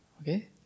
Okay